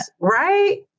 right